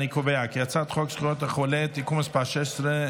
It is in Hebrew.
אני קובע כי הצעת חוק זכויות החולה (תיקון מס' 16),